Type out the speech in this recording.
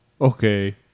Okay